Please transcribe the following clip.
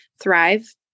thrive